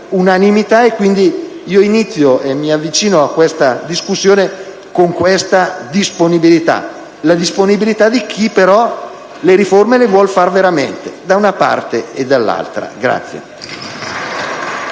unanimità. Quindi, mi avvicino a questa discussione con questa disponibilità, la disponibilità di chi però le riforme le vuole fare veramente: da una parte e dall'altra.